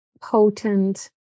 potent